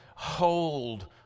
Hold